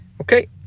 Okay